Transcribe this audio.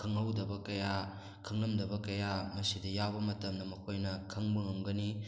ꯈꯪꯍꯧꯗꯕ ꯀꯌꯥ ꯈꯪꯂꯝꯗꯕ ꯀꯌꯥ ꯃꯁꯤꯗ ꯌꯥꯎꯕ ꯃꯇꯝꯗ ꯃꯈꯣꯏꯅ ꯈꯪꯕ ꯉꯝꯒꯅꯤ